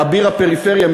אביר הפריפריה,